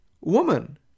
woman